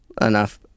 enough